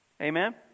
Amen